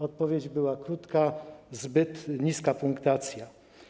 Odpowiedź była krótka: zbyt niska punktacja.